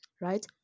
right